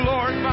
Lord